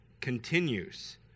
continues